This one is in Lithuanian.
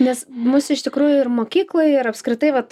nes mus iš tikrųjų ir mokykloj ir apskritai vat